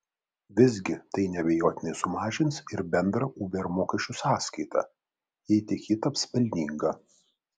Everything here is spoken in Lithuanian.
visgi tai neabejotinai sumažins ir bendrą uber mokesčių sąskaitą jei tik ji taps pelninga